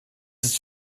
ist